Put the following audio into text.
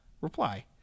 Reply